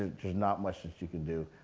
there's not much you can do.